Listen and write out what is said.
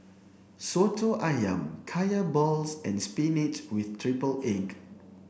soto ayam kaya balls and spinach with triple egg